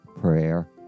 prayer